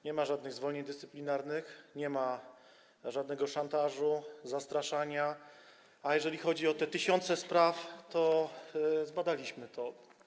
Nie ma żadnych zwolnień dyscyplinarnych, nie ma żadnego szantażu, zastraszania, a jeżeli chodzi o te tysiące spraw, to zbadaliśmy to.